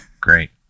Great